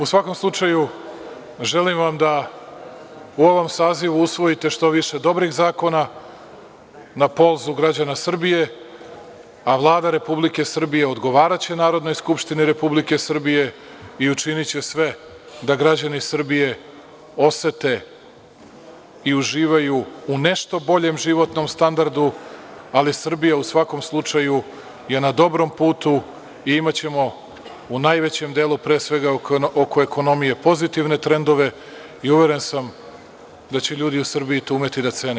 U svakom slučaju, želim vam da u ovom sazivu usvojite što više dobrih zakona zbog građana Srbije, a Vlada Republike Srbije odgovaraće Narodnoj skupštini Republike Srbije i učiniće sve da građani Srbije osete i uživaju u nešto boljem životnom standardu, ali Srbija u svakom slučaju je na dobrom putu i imaćemo u najvećem delu, pre svega oko ekonomije pozitivne trendove i uveren sam da će ljudi u Srbiji to morati da cene.